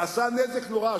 ועשה נזק נורא,